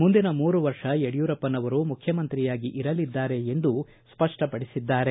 ಮುಂದಿನ ಮೂರು ವರ್ಷ ಯಡಿಯೂರಪ್ಪನವರು ಮುಖ್ಯಮಂತ್ರಿಯಾಗಿರಲಿದ್ದಾರೆ ಎಂದು ಸ್ಪಷ್ಟಪಡಿಸಿದ್ದಾರೆ